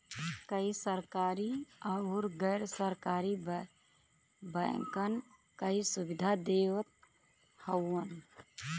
कई सरकरी आउर गैर सरकारी बैंकन कई सुविधा देवत हउवन